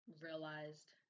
realized